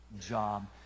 job